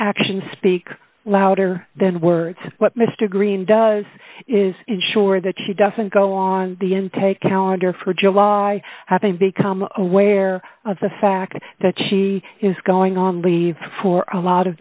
actions speak louder than words what mr greene does is ensure that she doesn't go on the intake calendar for july having become aware of the fact that she is going on leave for a lot of